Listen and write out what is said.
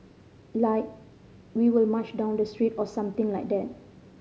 like we will march down the street or something like that